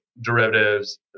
derivatives